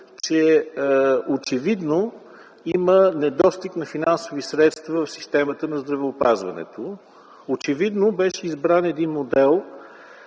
че очевидно има недостиг на финансови средства в системата на здравеопазването. Очевидно беше избран един модел,